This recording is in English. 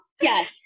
yes